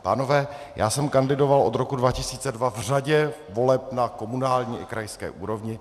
Pánové, já jsem kandidovat od roku 2002 v řadě voleb na komunální i krajské úrovni.